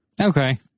Okay